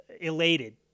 elated